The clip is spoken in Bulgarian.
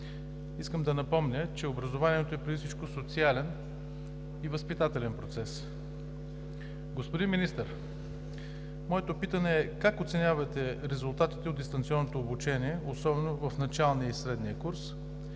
Искам да напомня, че образованието е преди всичко социален и възпитателен процес. Господин Министър, моето питане е: как оценявате резултатите от дистанционното обучение, особено в началния и средния курс?